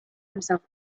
himself